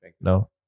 No